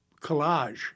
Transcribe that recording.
collage